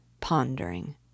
pondering